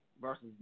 versus